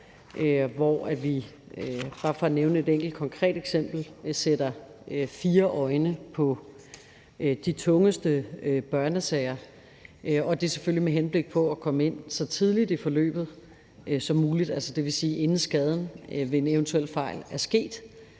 hvor vi, bare for nævne et enkelt konkret eksempel, sætter fire øjne på de tungeste børnesager. Og det er selvfølgelig med henblik på at komme ind så tidligt i forløbet som muligt, dvs. inden skaden ved en eventuel fejl er sket,